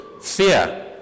Fear